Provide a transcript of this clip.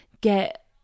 get